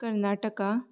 Karnataka